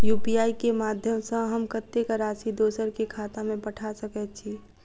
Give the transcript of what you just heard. UPI केँ माध्यम सँ हम कत्तेक राशि दोसर केँ खाता मे पठा सकैत छी?